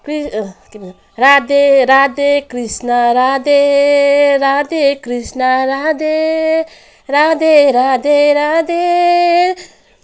कृ के भन्छ राधे राधे कृष्ण राधे राधे कृष्ण राधे राधे राधे राधे